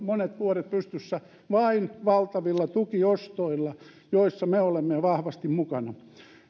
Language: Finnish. monet viimeiset vuodet pystyssä vain valtavilla tukiostoilla joissa me olemme vahvasti mukana